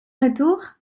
retour